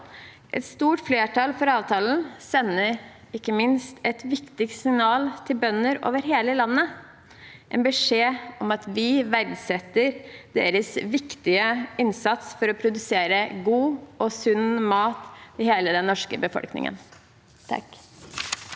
Et stort flertall for avtalen sender ikke minst et viktig signal til bønder over hele landet – en beskjed om at vi verdsetter deres viktige innsats for å produsere god og sunn mat til hele den norske befolkningen. Lene